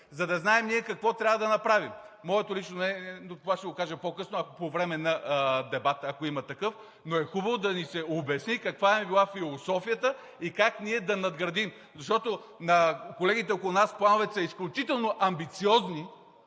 ...ние какво трябва да направим. Моето лично мнение – но това ще го кажа по-късно, по време на дебата, ако има такъв – хубаво е да ни се обясни каква е била философията и как ние да надградим. Защото на колегите около нас плановете са изключително амбициозни,